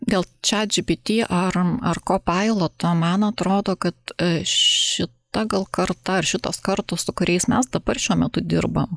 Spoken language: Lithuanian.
dėl čat džipiti ar ar kopailoto man atrodo kad šita gal karta ar šitos kartos su kuriais mes dabar šiuo metu dirbam